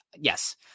yes